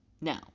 Now